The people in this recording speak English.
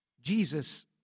Jesus